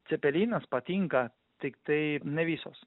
cepelinas patinka tiktai ne visos